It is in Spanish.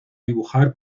dibujar